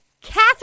Catherine